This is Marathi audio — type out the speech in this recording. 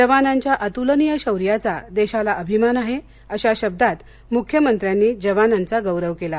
जवानांच्या अतुलनीय शौर्याचा देशाला अभिमान आहे अशा शब्दात मुख्यमंत्र्यांनी जवानांचा गौरव केला